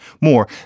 more